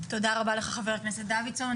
תודה רבה לך, חבר הכנסת דוידסון.